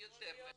יותר מ-30,000.